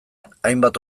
hainbat